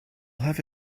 have